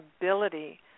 ability